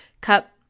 cup